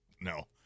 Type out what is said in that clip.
No